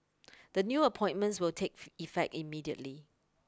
the new appointments will take effect immediately